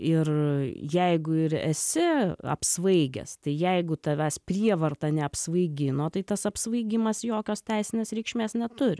ir jeigu ir esi apsvaigęs tai jeigu tavęs prievarta neapsvaigino tai tas apsvaigimas jokios teisinės reikšmės neturi